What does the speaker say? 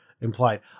implied